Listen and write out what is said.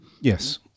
yes